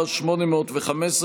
בסלע,